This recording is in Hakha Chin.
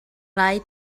lai